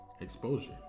exposure